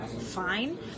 fine